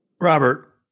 Robert